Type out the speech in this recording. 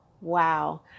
Wow